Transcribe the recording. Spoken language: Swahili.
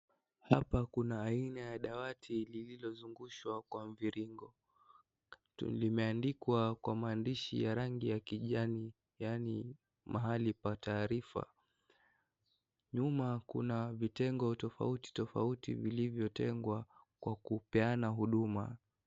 Hapa kuna aina ya dawati lililozungushwa kwa mviringo. Limeandikwa kwa maandishi ya rangi ya kijani yaani mahali pa taarifa. Nyuma kuna vitengo tofauti tofauti vilivyo tengwa kwa kupeana huduma.